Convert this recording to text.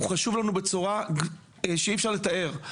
הוא חשוב לנו בצורה שאי אפשר לתאר.